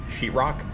sheetrock